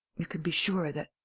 you can be sure that.